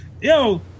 yo